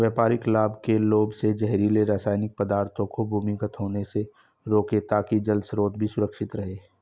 व्यापारिक लाभ के लोभ से जहरीले रासायनिक पदार्थों को भूमिगत होने से रोकें ताकि जल स्रोत भी सुरक्षित रहे